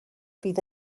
fydd